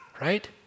right